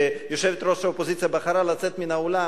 שיושבת-ראש האופוזיציה בחרה לצאת מן האולם,